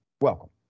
Welcome